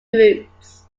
groups